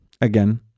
again